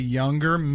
younger